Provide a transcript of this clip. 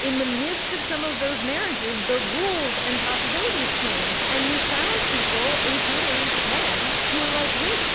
in the midst of some of those marriages, the rules and possibilities changed, and you found people, including men, who were like, wait